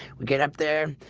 we get up there,